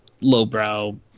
lowbrow